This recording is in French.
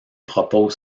proposent